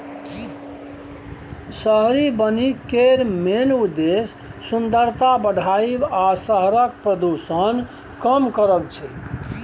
शहरी बनिकी केर मेन उद्देश्य सुंदरता बढ़ाएब आ शहरक प्रदुषण कम करब छै